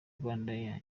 rwandair